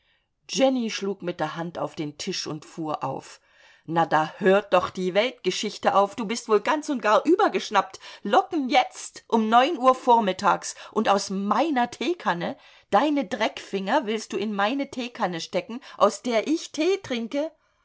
jenny schlug mit der hand auf den tisch und fuhr auf na da hört doch die weltgeschichte auf du bist wohl ganz und gar übergeschnappt locken jetzt um neun uhr vormittags und aus meiner teekanne deine dreckfinger willst du in meine teekanne stecken aus der ich tee trinke